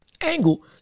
angle